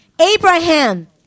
Abraham